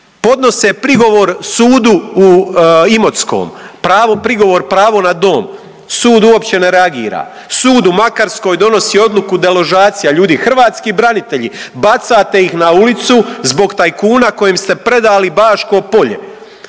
podnose prigovor Sudu u Imotskom pravo prigovor pravo na dom, sud uopće ne reagira. Sud u Makarskoj donosi odluku deložacija ljudi hrvatski branitelji, bacate ih na ulicu zbog tajkuna kojem ste predali Baško Polje.